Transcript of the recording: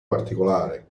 particolare